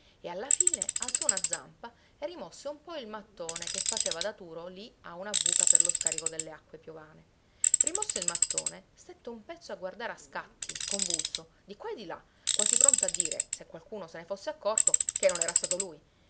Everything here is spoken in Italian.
e alla fine alzò una zampa e rimosse un po il mattone che faceva da turo lì a una buca per lo scarico delle acque piovane rimosso il mattone stette un pezzo a guardare a scatti convulso di qua e di là quasi pronto a dire se qualcuno se ne fosse accorto che non era stato lui